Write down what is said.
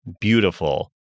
beautiful